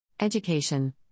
Education